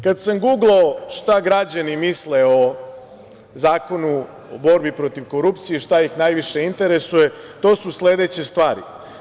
Kad sam guglao šta građani misle o Zakonu o borbi protiv korupcije i šta ih najviše interesuje, to su sledeće stvari.